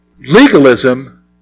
Legalism